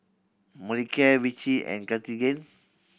Molicare Vichy and Cartigain